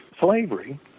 slavery